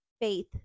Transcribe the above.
faith